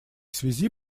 связи